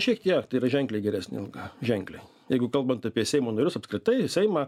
šiek tiek tai yra ženkliai geresnė alga ženkliai jeigu kalbant apie seimo narius apskritai seimą